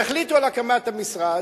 והחליטו על הקמת המשרד,